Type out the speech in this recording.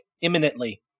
imminently